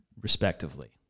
respectively